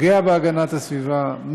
פוגע בהגנת הסביבה,